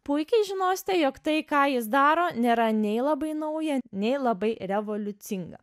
puikiai žinosite jog tai ką jis daro nėra nei labai nauja nei labai revoliucinga